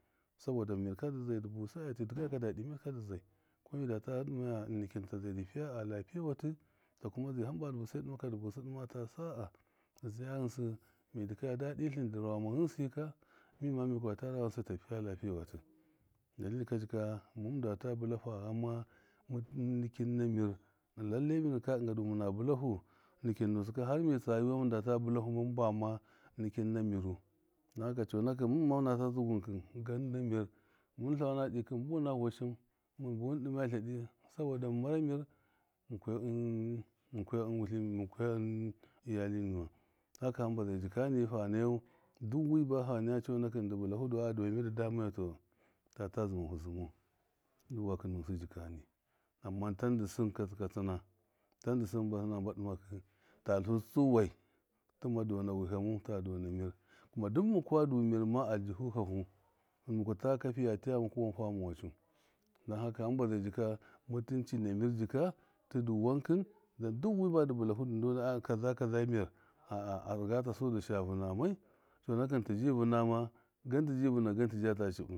Sabɔda mirka dɨ zai dɨ busṫ a de dɨkayakṫ dadɨ a innikɨn ta zai dɨ piya a lapiye wutɨ ta kuma zai hamba dɨ busai dɨma kadɨ busɨ dɨma ada sara zaya ghɨnsɨ mi dikaya dadɨ tlɨn da rawa ghɨnsɨ yika mima mi kwaya ta taula ghɨnsɨ ta piya lapeye watɨ dalili ka jika mɨndata bɨlafa ghama innikin na mir lallai mir ka dɨnga du mɨna bilafu nikin nusɨka har mitsa juma muntata bulahu kɔmun bama nikin na mɨr dɔn haka cɔnakɨn manma muta dzizu na mɨr mun lana kɨn mun buna wahin sabɔda mun mar mɨr mun kwiga mun kwiga mun kwiga inam mukwaya hmn iyal wan haka hambazai jiikani lanau dakwɨ baha naya cɔnakṫ ndu bulahu aa ndi mɨr didamayau tuta zumaha zamar ndiwaki nasɨ jikani amma tada sɨn katsikana tɔnda sɨn ba sɨkɨ hamba dimakɨ tɔ tusu tsuwai tiima dɔna winama ta dɔna mɨr duk makwa da mɨrma alsihu hahu muku taka fiiya laiya muku fiiya da ha wan faman wacaa dɔn haka hamba zai jika mutunci na mɨr jika tɨdu winkin duk wi badu kaza kaza mɨr a a arigatasu ndi shavana mai cɔnakɨ tiiji vanama gan tida ta cibu.